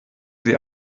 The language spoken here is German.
sie